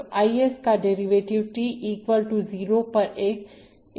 तो Is का derivative t equal to zero पर एक इंपल्स है